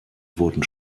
wurden